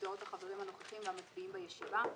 דעות החברים הנוכחים והמצביעים בישיבה,